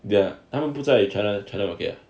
they're 他们不在不在 china china market ah